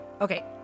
Okay